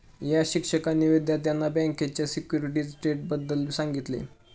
या शिक्षकांनी विद्यार्थ्यांना बँकेच्या सिक्युरिटीज ट्रेडबद्दल सांगितले